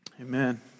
Amen